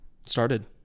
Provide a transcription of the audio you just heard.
Started